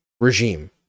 regime